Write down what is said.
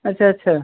अच्छा अच्छा